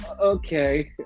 okay